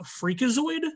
Freakazoid